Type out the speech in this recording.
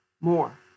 more